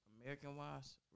American-wise